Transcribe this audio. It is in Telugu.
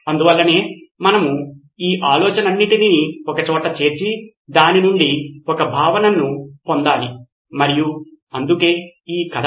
అందువల్లనే మనము ఈ ఆలోచనలన్నింటినీ ఒకచోట చేర్చి దాని నుండి ఒక భావనను పొందాలి మరియు అందుకే ఈ కథ